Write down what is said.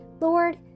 Lord